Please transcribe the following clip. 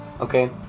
okay